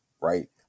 right